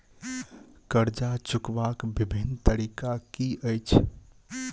कर्जा चुकबाक बिभिन्न तरीका की अछि?